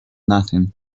nothing